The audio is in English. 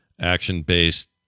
action-based